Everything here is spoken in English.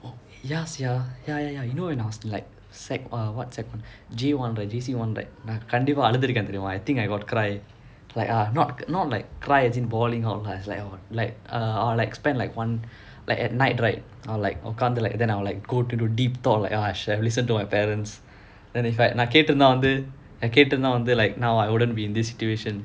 !wah! ya sia ya ya ya you know when I was like secondary uh what secondary uh J one J_C one நான் கண்டிப்பா அழுது இருக்கேன் தெரியுமா:naan kandippaa azhuthu irukkaen teriyumaa I think I got cry like ah not not like cry as in bawling out or like or like uh or like spend like one like at night right or like or உக்காந்து:ukkaanthu then I'll like go to the deep thought like ah I should have listened to my parents then if நான் கேட்டு இருந்த வந்து நான் கேட்டு இருந்த வந்து:naan kettu iruntha vanthu naan kettu iruntha vanthu now I wouldn't be in this situation